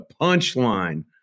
punchline